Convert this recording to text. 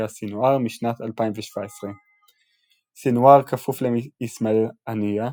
סנוואר משנת 2017. סנוואר כפוף לאסמאעיל הנייה,